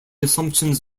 assumptions